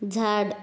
झाड